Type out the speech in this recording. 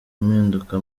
impinduka